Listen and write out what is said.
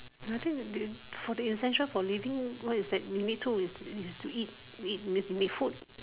I think will be for the essential for living what is it we need to is is to eat we eat we need to eat food